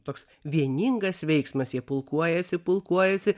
toks vieningas veiksmas jie pulkuojasi pulkuojasi